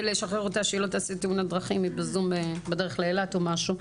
לשחרר אותה שהיא לא תעשה תאונת דרכים בזום בדרך לאילת או משהו.